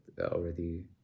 already